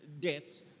debt